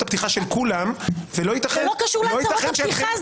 הפתיחה של כולם ולא ייתכן -- זה לא קשור להצהרות הפתיחה.